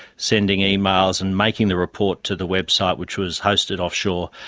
sending emails and making the report to the website which was hosted offshore,